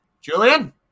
Julian